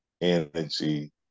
energy